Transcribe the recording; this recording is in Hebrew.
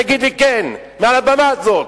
תגיד לי כן, מעל הבמה הזאת.